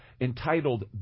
entitled